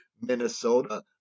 Minnesota